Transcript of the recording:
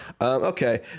Okay